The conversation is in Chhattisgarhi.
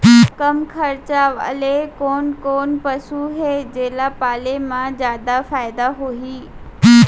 कम खरचा वाले कोन कोन पसु हे जेला पाले म जादा फायदा होही?